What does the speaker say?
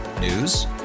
News